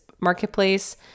marketplace